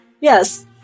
yes